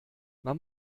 man